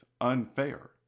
unfair